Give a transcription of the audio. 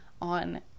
on